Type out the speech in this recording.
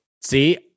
See